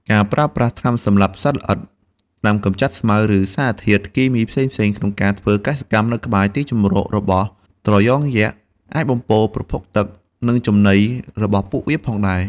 ការប្រើប្រាស់ថ្នាំសម្លាប់សត្វល្អិត ថ្នាំកំចាត់ស្មៅ ឬសារធាតុគីមីផ្សេងៗក្នុងការធ្វើកសិកម្មនៅក្បែរទីជម្រករបស់ត្រយងយក្ស អាចបំពុលប្រភពទឹក និងចំណីរបស់ពួកវាផងដែរ។